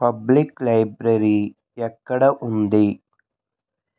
public library ఎక్కడ ఉంది